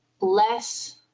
less